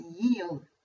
yield